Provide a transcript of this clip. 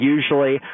Usually